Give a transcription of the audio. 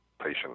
patient